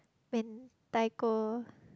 mentaiko